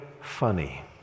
funny